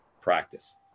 Practice